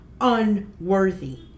unworthy